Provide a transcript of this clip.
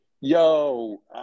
Yo